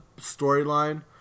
storyline